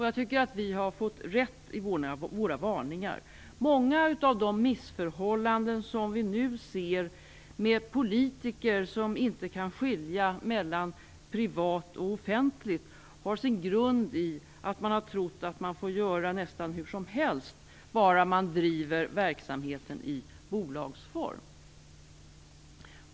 Jag tycker att vi har fått rätt i våra varningar. Många av de missförhållanden som vi nu ser med politiker som inte kan skilja mellan privat och offentligt har sin grund i att man har trott att man får göra nästan vad som helst bara man driver verksamheten i bolagsform.